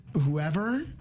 whoever